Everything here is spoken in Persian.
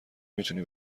میتونی